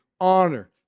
honor